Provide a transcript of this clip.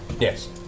Yes